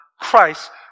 Christ